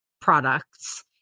products